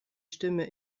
stimme